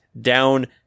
down